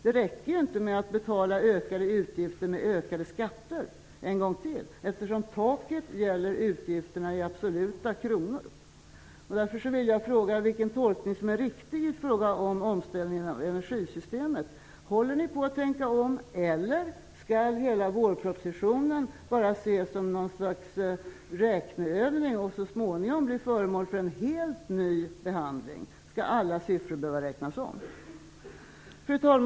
Det räcker ju inte med att betala ökade utgifter med ökade skatter en gång till, eftersom taket gäller utgifterna i absoluta kronor. Därför vill jag fråga vilken tolkning som är riktig i fråga om omställningen av energisystemet. Håller ni på att tänka om eller skall hela vårpropositionen bara ses som något slags räkneövning och så småningom bli föremål för en helt ny behandling? Skall alla siffror behöva räknas om? Fru talman!